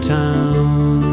town